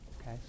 Okay